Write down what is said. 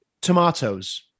Tomatoes